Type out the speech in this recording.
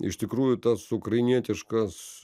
iš tikrųjų tas ukrainietiškas